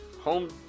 home